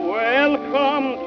welcome